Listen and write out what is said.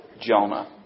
Jonah